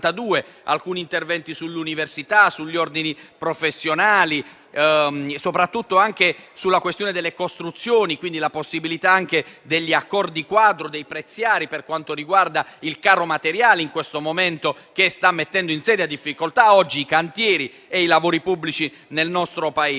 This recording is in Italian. alcuni interventi sull'università, sugli ordini professionali e soprattutto sulla questione delle costruzioni, prevedendo la possibilità di accordi quadro e di prezziari per quanto riguarda il caro materiale, che in questo momento sta mettendo in seria difficoltà i cantieri e i lavori pubblici nel nostro Paese.